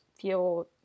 feel